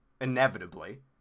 inevitably